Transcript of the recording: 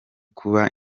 kuba